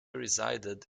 resided